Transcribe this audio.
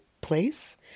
place